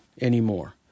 anymore